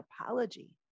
apology